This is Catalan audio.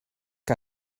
que